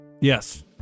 Yes